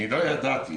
לא ידעתי